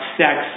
sex